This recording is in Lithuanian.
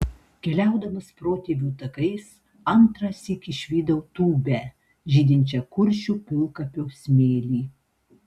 keliaudamas protėvių takais antrąsyk išvydau tūbę žydinčią kuršių pilkapio smėly